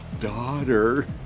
daughter